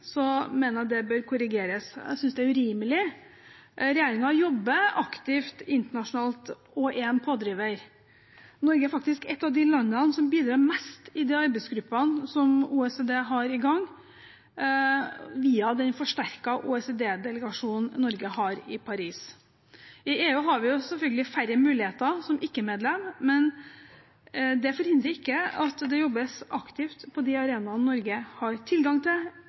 mener jeg det bør korrigeres. Jeg synes det er urimelig. Regjeringen jobber aktivt internasjonalt og er en pådriver. Norge er faktisk et av de landene som bidrar mest i de arbeidsgruppene som OECD har i gang via den forsterkede OECD-delegasjonen Norge har i Paris. I EU har vi selvfølgelig færre muligheter som ikke-medlem, men det forhindrer ikke at det jobbes aktivt på de arenaene Norge har tilgang til,